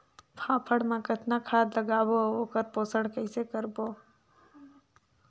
फाफण मा कतना खाद लगाबो अउ ओकर पोषण कइसे करबो?